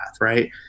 right